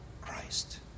Christ